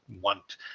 want